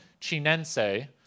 chinense